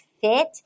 fit